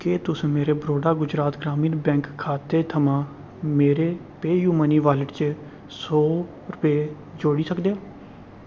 क्या तुस मेरे बड़ौदा गुजरात ग्रामीण बैंक खाते थमां मेरे पेऽयूमनी वालेट च सौ रुपये जोड़ी सकदे ओ